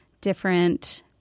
different